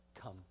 come